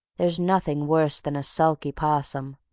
there's nothing worse than a sulky possum.